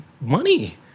money